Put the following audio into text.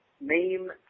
name